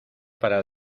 para